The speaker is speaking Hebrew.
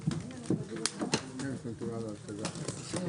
הישיבה ננעלה בשעה 13:45.